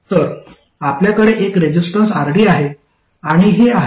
तर आपल्याकडे एक रेसिस्टन्स RD आहे आणि हे आहे